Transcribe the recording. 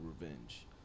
Revenge